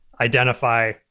identify